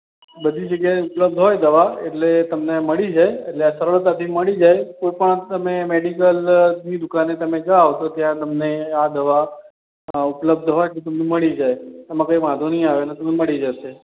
બધી જગ્યાએ ઉપલબ્ધ હોય દવા એટલે તમને મળી જાય એટલે આ સરળતાથી મળી જાય કોઇ પણ તમે મેડિકલની દુકાને તમે જાઓ ત્યાં તમને આ દવા ઉપલબ્ધ હોય તો તમને મળી જાય એમાં કઈ વાંધો નહીં આવે તમને મળી જશે